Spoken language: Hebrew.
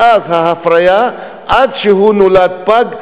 מאז ההפריה עד שנולד פג,